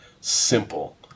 simple